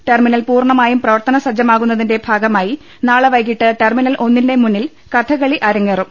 terminal പൂർണമായും പ്രവർത്തനസ്ജ്ജമാകുന്നതിന്റെ ഭാഗമായി നാളെ വൈകീട്ട് ടെർമിനൽ ഒന്നിന്റെ മുന്നിൽ കഥകളി അരങ്ങേറും